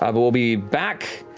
um but we'll be back